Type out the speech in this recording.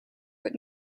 but